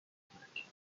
etmek